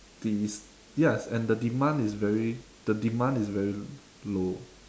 these ya and the demand is very the demand is very low